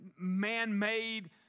man-made